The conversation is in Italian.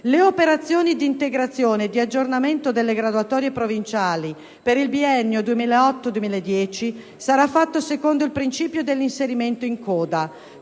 Le operazioni di integrazione e di aggiornamento delle graduatorie provinciali per il biennio 2008-2010 saranno fatte secondo il principio dell'inserimento in coda,